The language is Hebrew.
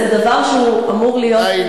זה דבר שהוא אמור להיות,